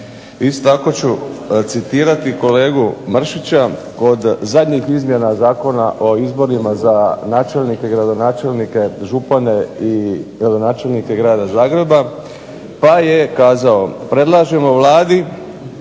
Isto tako ću citirati kolegu Mršića kod zadnjih izmjena Zakona o izborima za načelnike i gradonačelnike, župane i gradonačelnika Grada Zagreba pa je kazao predlažemo Vladi